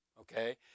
okay